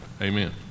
Amen